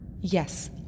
Yes